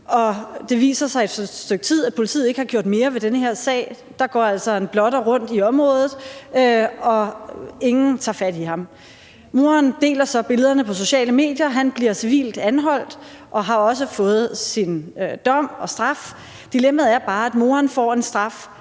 det viser sig efter et stykke tid, at politiet ikke har gjort mere ved den her sag. Der går altså en blotter rundt i området, og ingen tager fat i ham. Moren deler så billederne på sociale medier, og han bliver civilt anholdt og har også fået sin dom og straf. Dilemmaet er bare, at moren får en straf,